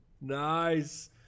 Nice